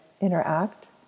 interact